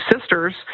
sisters